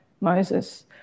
Moses